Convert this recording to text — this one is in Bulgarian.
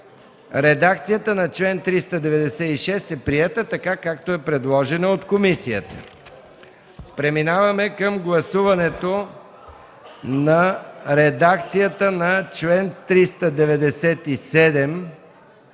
Редакцията на чл. 396 е приета, както е предложена от комисията. Преминаваме към гласуване редакцията на чл. 397,